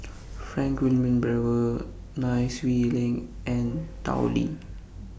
Frank Wilmin Brewer Nai Swee Leng and Tao Li